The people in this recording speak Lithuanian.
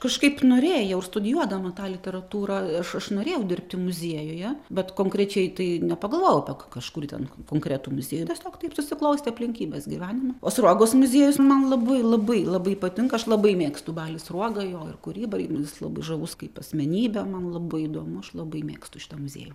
kažkaip norėjau ir studijuodama tą literatūrą aš aš norėjau dirbti muziejuje bet konkrečiai tai nepagalvojau apie kažkurį ten konkretų muziejų tiesiog taip susiklostė aplinkybės gyvenime o sruogos muziejus man labai labai labai patinka aš labai mėgstu balį sruogą jo ir kūrybą ir man jis labai žavus kaip asmenybė man labai įdomu aš labai mėgstu šitą muziejų